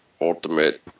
ultimate